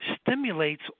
stimulates